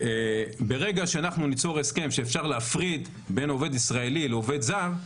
ברגע שאנחנו ניצור הסכם שאפשר להפריד בין עובד ישראלי לעובד זר,